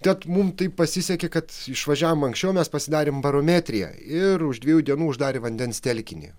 tad mum taip pasisekė kad išvažiavom anksčiau mes pasidarėm barometriją ir už dviejų dienų uždarė vandens telkinį